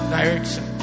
direction